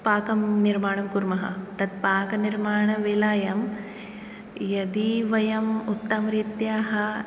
पाकं निर्माणं कुर्मः तत् पाकनिर्माणवेलायां यदि वयं उत्तमरीत्या